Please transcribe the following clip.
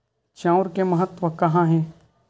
चांउर के महत्व कहां हे?